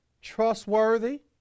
trustworthy